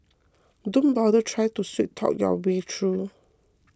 don't bother try to sweet talk your way through